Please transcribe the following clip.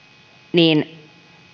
niin